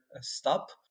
stop